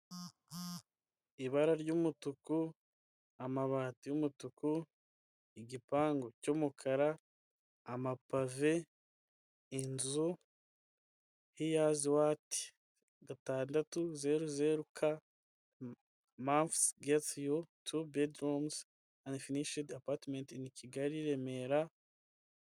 Ibara ry'umutuku, amabati yumutuku, igipangu cyumukara, ama pave, inzu, hiyazi wati gatandatu zeru zeru ka mampfusi geti yu yo anifinishedi apatimenti ini Kigali Remera.